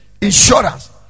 insurance